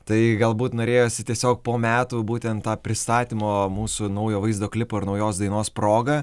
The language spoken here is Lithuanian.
tai galbūt norėjosi tiesiog po metų būtent tą pristatymo mūsų naujo vaizdo klipo ir naujos dainos proga